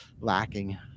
lacking